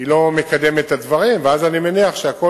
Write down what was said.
היא לא מקדמת את הדברים, ואז, אני מניח, הכול